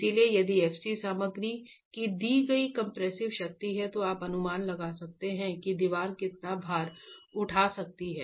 इसलिए यदि f c सामग्री की दी गई कंप्रेसिव शक्ति है तो आप अनुमान लगा सकते हैं कि दीवार कितना भार उठा सकती है